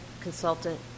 consultant